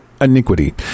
iniquity